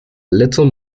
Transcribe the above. little